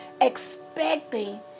Expecting